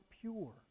pure